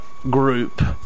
group